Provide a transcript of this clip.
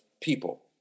people